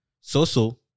So-so